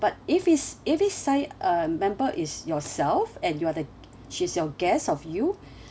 but if it's if it's say a member is yourself and you are the she's your guest of you